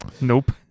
Nope